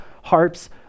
harps